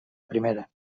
primera